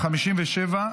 157),